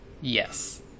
Yes